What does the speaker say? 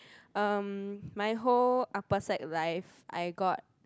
um my whole upper sec life I got